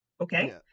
okay